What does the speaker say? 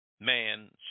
Man